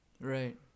Right